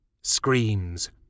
screams